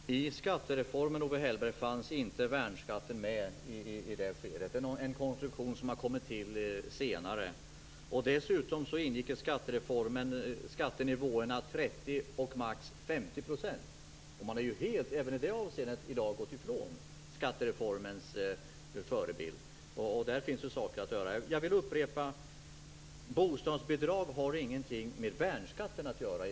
Fru talman! I skattereformen fanns inte värnskatten med. Det är en konstruktion som har kommit till senare. Dessutom ingick i skattereformen nivåerna 30 % och max 50 %. Även i det avseendet har man helt gått ifrån skattereformens förebild. Där finns ju saker att göra. Jag vill upprepa: Bostadsbidragen har ingenting med värnskatten att göra.